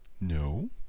no